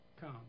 Come